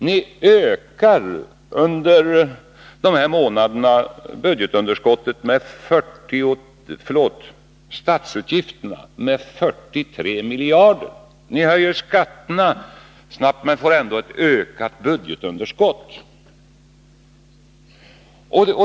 Ni har under de här månaderna ökat statsutgifterna med 43 miljarder. Ni höjer skatterna, men får ändå ett ökat budgetunderskott.